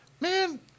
Man